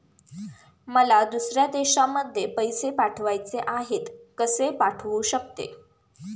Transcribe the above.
मला दुसऱ्या देशामध्ये पैसे पाठवायचे आहेत कसे पाठवू शकते?